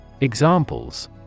Examples